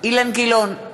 אילן גילאון,